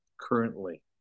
currently